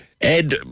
Ed